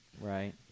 Right